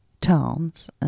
towns